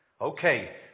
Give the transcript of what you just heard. Okay